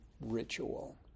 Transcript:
ritual